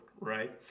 right